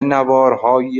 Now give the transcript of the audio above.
نوارهایی